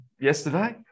yesterday